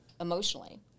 emotionally